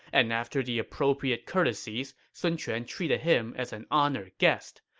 and after the appropriate courtesies, sun quan treated him as an honored guest.